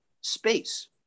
space